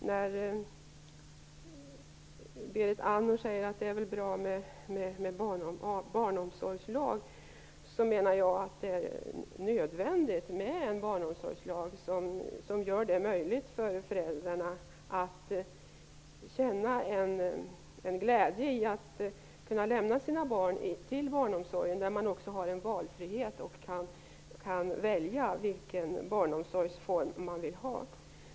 När Berit Andnor säger att det väl är bra med barnomsorgslag menar jag att det är nödvändigt med en barnomsorgslag som gör det möjligt för föräldrarna att känna en glädje i att kunna lämna sina barn till barnomsorgen när man också har en valfrihet och kan välja vilken barnomsorgsform man vill ha.